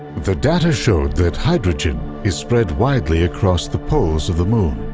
the data showed that hydrogen is spread widely across the poles of the moon.